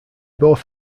both